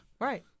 Right